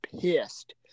pissed